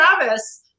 Travis